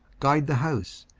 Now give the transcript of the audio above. guide the house,